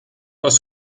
aus